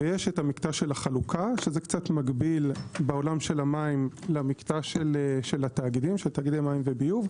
ויש מקטע החלוקה שזה קצת מקביל בעולם המים למקטע של תאגידי מים וביוב.